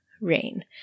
rain